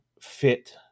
fit